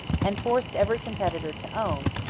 and forced every competitor to own,